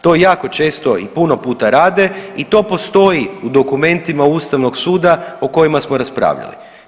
To jako često i puno puta rade i to postoji u dokumentima Ustavnog suda o kojima smo raspravljali.